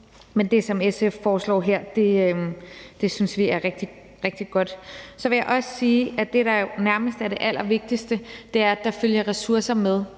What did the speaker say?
men det, som SF foreslår her, synes vi er rigtig godt. Så vil jeg også sige, at det, der nærmest er det allervigtigste, er, at der følger ressourcer med,